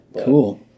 cool